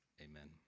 amen